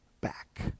back